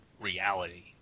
reality